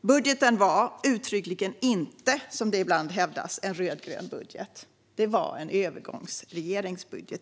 Budgeten var uttryckligen inte, som ibland hävdas, en rödgrön budget; det var en övergångsregerings budget.